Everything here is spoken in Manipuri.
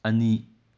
ꯑꯅꯤ